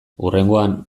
hurrengoan